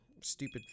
stupid